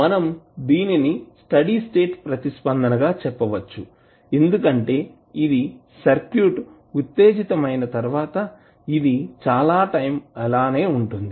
మనం దీనిని steady state ప్రతిస్పందన గా చెప్పవచ్చు ఎందుకంటే ఇది సర్క్యూట్ ఉత్తేజితమైన తర్వాత ఇది చాలా టైం ఇలానే ఉంటుంది